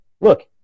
look